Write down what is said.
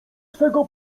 twego